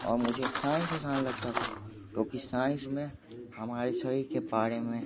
और मुझे साइंस आसान लगता था क्योंकि साइंस में हमारे शरीर के बारे में